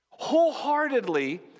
wholeheartedly